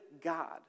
God